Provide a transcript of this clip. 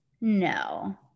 No